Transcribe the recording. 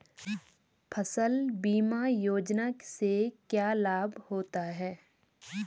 फसल बीमा योजना से क्या लाभ होता है?